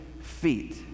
feet